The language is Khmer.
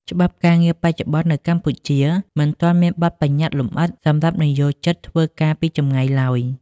ច្បាប់ការងារបច្ចុប្បន្ននៅកម្ពុជា មិនទាន់មានបទប្បញ្ញត្តិលម្អិតសម្រាប់និយោជិតធ្វើការពីចម្ងាយឡើយ។